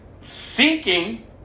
seeking